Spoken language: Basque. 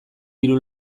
hiru